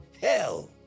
Hell